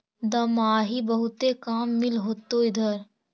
दमाहि बहुते काम मिल होतो इधर?